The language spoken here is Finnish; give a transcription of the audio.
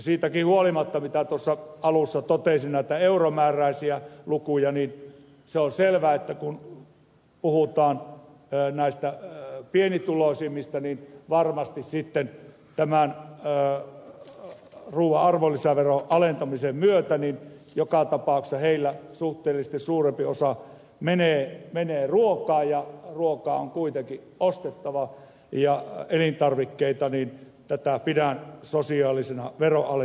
siitäkin huolimatta mitä alussa totesin näistä euromääräisistä luvuista se on selvä että kun puhutaan pienituloisimmista niin varmasti ruuan arvonlisäveron alentamisen myötä joka tapauksessa heillä suhteellisesti suurempi osa menee ruokaan ruokaa ja elintarvikkeita on kuitenkin ostettava ja pidän tätä sosiaalisena veronalennustapana